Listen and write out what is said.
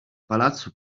palazzo